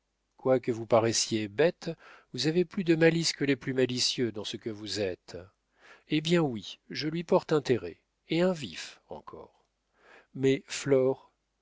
chicane quoique vous paraissiez bête vous avez plus de malice que les plus malicieux dans ce que vous êtes eh bien oui je lui porte intérêt et un vif encore mais